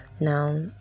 now